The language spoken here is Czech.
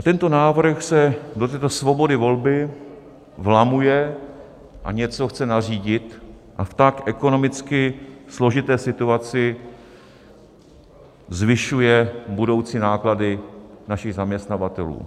Tento návrh se do této svobody volby vlamuje, něco chce nařídit a v tak ekonomicky složité situaci zvyšuje budoucí náklady našich zaměstnavatelů.